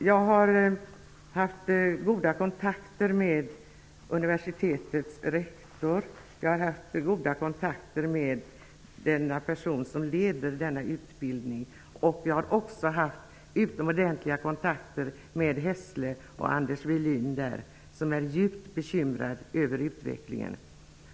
Jag har haft goda kontakter med universitetets rektor och med den person som leder denna utbildning, liksom med Anders Welin, som är djupt bekymrad över utvecklingen.